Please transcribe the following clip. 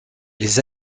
les